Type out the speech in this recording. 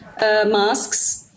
masks